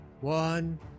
one